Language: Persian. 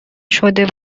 شده